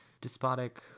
despotic